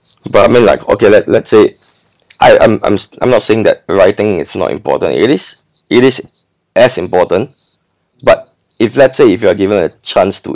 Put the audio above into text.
but I mean like okay let let's say I I'm I'm I'm not saying that writing it's not important it is it is as important but if let's say if you are given a chance to